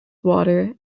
water